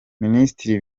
minisitiri